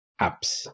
apps